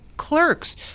clerks